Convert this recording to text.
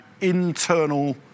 internal